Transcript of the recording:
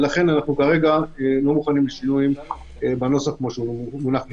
לכן אנחנו כרגע לא מוכנים לשינויים בנוסח כמו שמונח בפניכם.